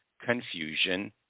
confusion